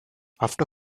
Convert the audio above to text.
after